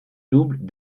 double